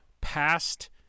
past